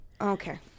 Okay